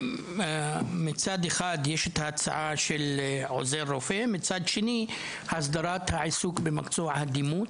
יש את ההצעה של עוזר רופא ואת הסדרת העיסוק במקצוע הדימות,